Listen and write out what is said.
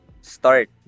start